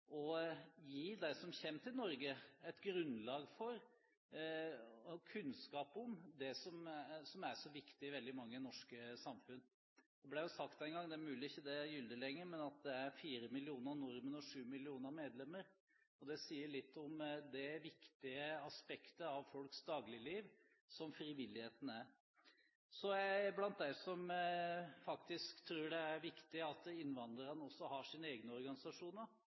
å gi dem som kommer til Norge, et grunnlag og kunnskap om det som er så viktig i veldig mange norske samfunn. Det ble jo sagt en gang – det er mulig det ikke er gyldig lenger – at det er fire millioner nordmenn og sju millioner medlemmer. Det sier litt om det viktige aspektet av folks dagligliv som frivilligheten er. Så er jeg blant dem som faktisk tror det er viktig at innvandrerne også har sine egne organisasjoner.